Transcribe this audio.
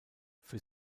für